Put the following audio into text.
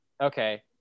Okay